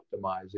optimizing